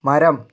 മരം